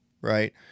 Right